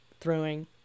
throwing